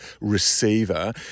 receiver